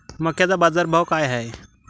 मक्याचा बाजारभाव काय हाय?